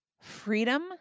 freedom